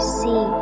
see